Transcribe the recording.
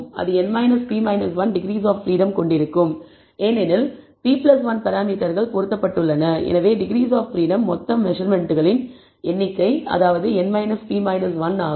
அது n p 1 degrees of freedom கொண்டிருக்கும் ஏனெனில் p 1 பராமீட்டர்கள் பொருத்தப்பட்டுள்ளன எனவே டிகிரீஸ் ஆப் பிரீடம் மொத்தம் மெசர்மென்ட்களின் எண்ணிக்கை n p 1 ஆகும்